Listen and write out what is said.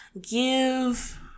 give